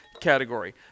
category